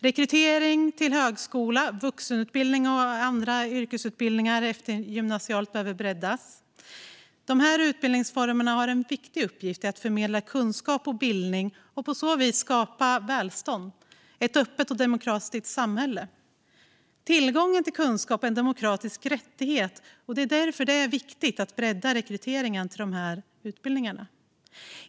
Rekryteringen till högskola, vuxenutbildning och eftergymnasiala yrkesutbildningar behöver breddas. De här utbildningsformerna har en viktig uppgift i att förmedla kunskap och bildning och på så vis skapa välstånd och ett öppet och demokratiskt samhälle. Tillgången till kunskap är en demokratisk rättighet. Det är därför det är viktigt att bredda rekryteringen till de här utbildningarna.